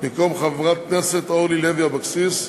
(חובת מתן הקלה לתוספת דירות למגורים),